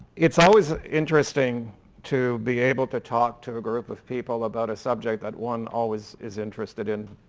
it's always interesting to be able to talk to a group of people about a subject that one always is interested in.